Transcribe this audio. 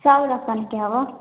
चर अपनके हबऽ